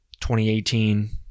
2018